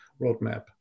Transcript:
roadmap